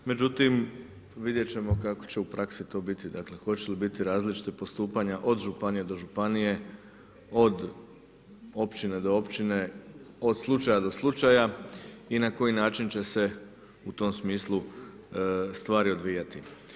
Međutim, vidjet ćemo kako će u praksi to biti, dakle hoće li biti različita postupanja od županije do županije, od općine do općine, od slučaja do slučaja i na koji način će se u tom smislu stvari odvijati.